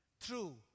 true